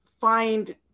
find